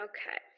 Okay